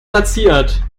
platziert